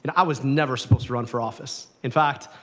and i was never supposed to run for office. in fact,